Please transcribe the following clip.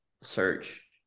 search